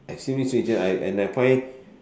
extremely stringent and and I find